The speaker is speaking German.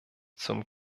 zum